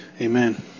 Amen